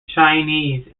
chinese